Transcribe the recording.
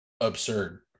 absurd